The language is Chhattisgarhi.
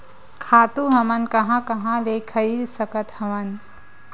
खातु हमन कहां कहा ले खरीद सकत हवन?